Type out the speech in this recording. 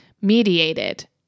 mediated